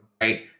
right